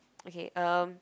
okay um